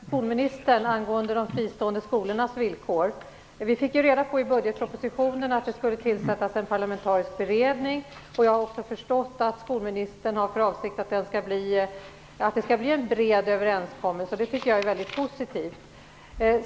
Herr talman! Jag vill ställa en fråga till skolministern angående de fristående skolornas villkor. Vi fick ju i budgetpropositionen reda på att det skulle tillsättas en parlamentarisk beredning, och jag har också förstått att det är skolministerns avsikt att det skall bli en bred överenskommelse, och det tycker jag är mycket positivt.